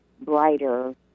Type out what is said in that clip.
brighter